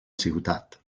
ciutat